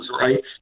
rights